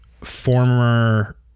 former